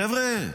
חבר'ה,